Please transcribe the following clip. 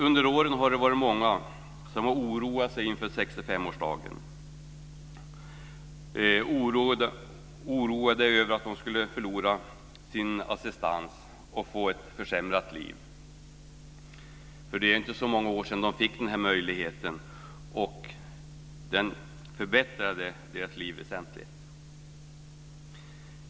Under åren har det varit många som oroat sig inför 65-årsdagen. De har varit oroade över att förlora sin assistans och få ett försämrat liv. Det är ju inte så många år sedan de fick den här möjligheten, och den förbättrade deras liv väsentligt.